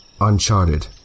uncharted